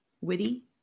witty